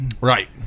Right